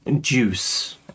juice